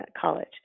college